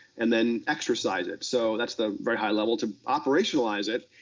and then exercise it, so that's the very high level, to operationalize it.